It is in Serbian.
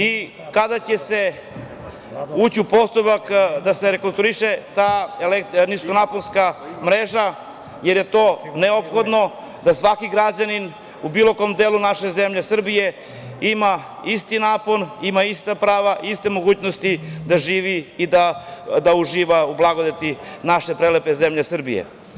I, kada će se ući u postupak da se rekonstruiše ta nisko naponska mreža jer je to neophodno da svaki građanin u bilo kom delu naše zemlje Srbije ima isti napon, ima ista prava, iste mogućnosti da živi i da uživa u blagodeti naše prelepe zemlje Srbije.